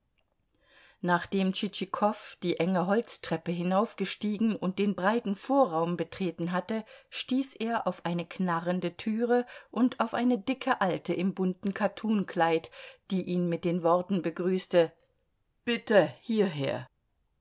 nachdem tschitschikow die enge holztreppe hinaufgestiegen und den breiten vorraum betreten hatte stieß er auf eine knarrende türe und auf eine dicke alte im bunten kattunkleid die ihn mit den worten begrüßte bitte hierher